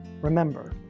remember